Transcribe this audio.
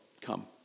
come